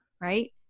right